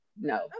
No